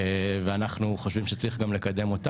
גם אנחנו תומכים בה.